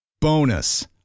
Bonus